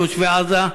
תושבי עזה,